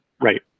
right